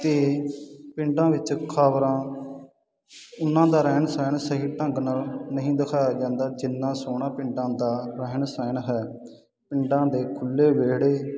ਅਤੇ ਪਿੰਡਾਂ ਵਿੱਚ ਖ਼ਬਰਾਂ ਉਹਨਾਂ ਦਾ ਰਹਿਣ ਸਹਿਣ ਸਹੀ ਢੰਗ ਨਾਲ ਨਹੀਂ ਦਿਖਾਇਆ ਜਾਂਦਾ ਜਿੰਨਾ ਸੋਹਣਾ ਪਿੰਡਾਂ ਦਾ ਰਹਿਣ ਸਹਿਣ ਹੈ ਪਿੰਡਾਂ ਦੇ ਖੁੱਲ੍ਹੇ ਵਿਹੜੇ